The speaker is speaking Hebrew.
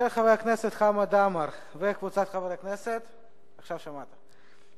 הכנסת, קריאה ראשונה.